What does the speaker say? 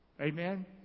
Amen